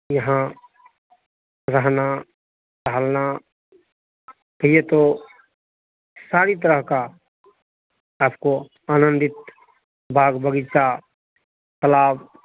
यहाँ रहना टहलना कहिए तो सारी तरह का आपको आनंदित बाग बगीचा तालाब